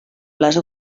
les